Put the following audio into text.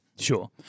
Sure